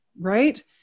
Right